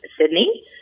Sydney